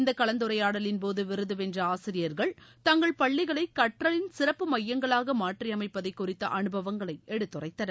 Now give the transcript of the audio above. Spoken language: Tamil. இந்த கலந்துரையாடலின் போது விருது வென்ற ஆசிரியர்கள் தங்கள் பள்ளிகளை கற்றலின் சிறப்பு மையங்களாக மாற்றியமைப்பதை குறித்த அனுபவங்களை எடுத்துரைத்தனர்